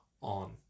on